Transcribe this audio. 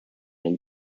and